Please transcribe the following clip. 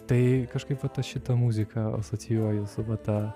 tai kažkaip va šitą muziką asocijuoju su va ta